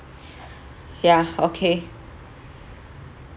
yeah okay